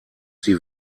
die